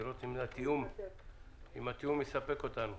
לראות אם התיאום מספק אותנו.